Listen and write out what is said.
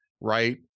right